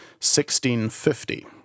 1650